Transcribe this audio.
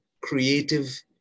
creative